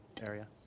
area